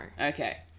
Okay